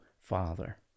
father